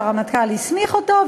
שהרמטכ"ל הסמיך אותו,